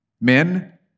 Men